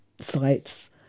sites